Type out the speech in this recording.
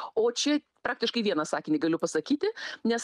o čia praktiškai vieną sakinį galiu pasakyti nes